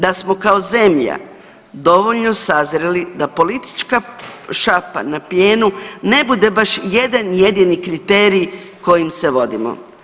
Da smo kao zemlja dovoljno sazreli da politička šapa na plijenu ne bude baš jedan jedini kriterij kojim se vodimo.